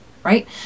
Right